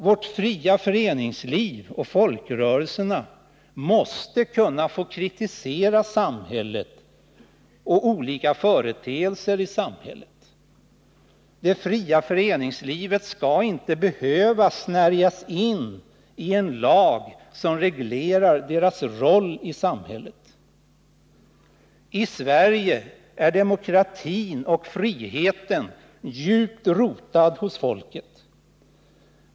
Vårt fria föreningsliv och folkrörelserna måste kunna kritisera samhället och olika företeelser i samhället. Det fria föreningslivet skall inte behöva snärjas in i en lag som reglerar dess roll i samhället. I Sverige är demokratin och friheten djupt rotade hos folket.